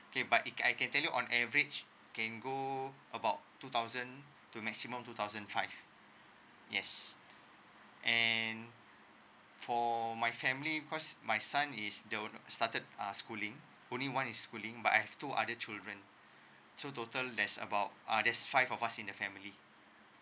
okay but it I can tell you on average can go about two thousand to maximum two thousand five yes and for my family because my son is the started uh schooling only one is schooling but I've two other children so total that's about uh there's five of us in the family